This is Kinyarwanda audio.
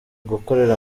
gukorera